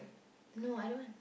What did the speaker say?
no I don't want